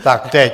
Tak teď.